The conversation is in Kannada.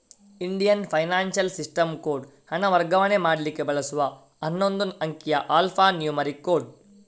ಇಂಡಿಯನ್ ಫೈನಾನ್ಶಿಯಲ್ ಸಿಸ್ಟಮ್ ಕೋಡ್ ಹಣ ವರ್ಗಾವಣೆ ಮಾಡ್ಲಿಕ್ಕೆ ಬಳಸುವ ಹನ್ನೊಂದು ಅಂಕಿಯ ಆಲ್ಫಾ ನ್ಯೂಮರಿಕ್ ಕೋಡ್